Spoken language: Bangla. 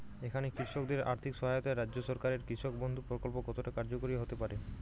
এখানে কৃষকদের আর্থিক সহায়তায় রাজ্য সরকারের কৃষক বন্ধু প্রক্ল্প কতটা কার্যকরী হতে পারে?